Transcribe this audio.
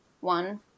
one